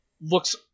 looks